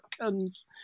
Americans